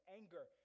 anger